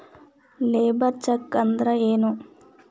Labour check ಅಂದ್ರ ಏನು?